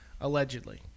Allegedly